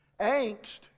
Angst